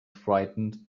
frightened